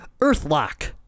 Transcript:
Earthlock